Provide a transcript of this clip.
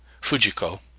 Fujiko